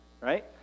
Right